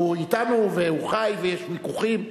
והוא אתנו והוא חי ויש ויכוחים,